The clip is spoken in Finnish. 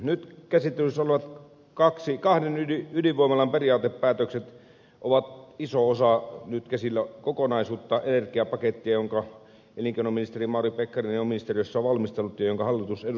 nyt käsittelyssä olevat kahden ydinvoimalan periaatepäätökset ovat iso osa nyt käsillä olevaa kokonaisuutta energiapakettia jonka elinkeinoministeri mauri pekkarinen on ministeriössä valmistellut ja jonka hallitus eduskunnalle on esittänyt